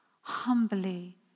humbly